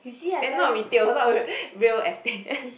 eh not retail not r~ real estate